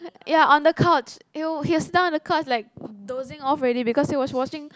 ya on the couch !eww! he will sit down on the couch like dozing off already because he was watching